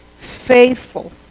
faithful